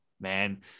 man